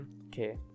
Okay